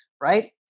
right